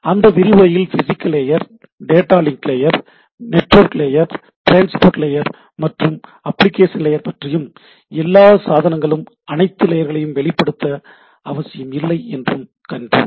அந்த விரிவுரையில் physical layer data link layer network layer transport layer மற்றும் அப்ளிகேஷன் லேயர் பற்றியும் எல்லா சாதனங்களும் அனைத்து லேயர்களையும் வெளிப்படுத்த அவசியமில்லை என்றும் கண்டோம்